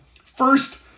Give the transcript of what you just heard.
First